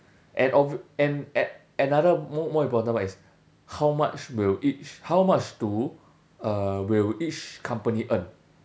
and obv~ and a~ another more more important part is how much will each how much to uh will each company earn